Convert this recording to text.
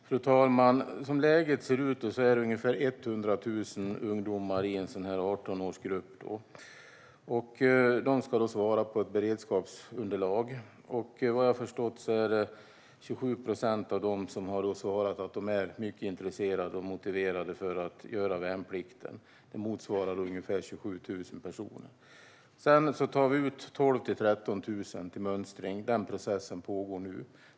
Fru talman! Som läget ser ut är det ungefär 100 000 ungdomar i en 18årsgrupp som ska svara på ett beredskapsunderlag. Vad jag har förstått är det 27 procent som har svarat att de är mycket intresserade och motiverade att göra värnplikten. Detta motsvarar ungefär 27 000 personer. Vi tar ut 12 000-13 000 till mönstring, och den processen pågår nu.